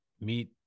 meet